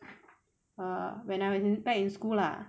err when I'm in back in school lah